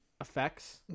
effects